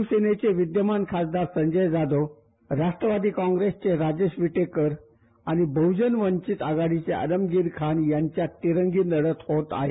शिवसेनेचे विद्यमान खासदार संजय जाधव राष्ट्रवादी काँग्रेसचे राजेश विटेकर आणि बहजन वंचित आघाडीचे अलमगीर खान यांच्यात तिरंगी लढत होत आहे